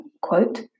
quote